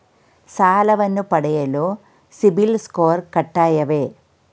ಸಾಲವನ್ನು ಪಡೆಯಲು ಸಿಬಿಲ್ ಸ್ಕೋರ್ ಕಡ್ಡಾಯವೇ?